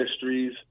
histories